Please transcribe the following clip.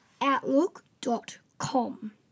Outlook.com